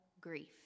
grief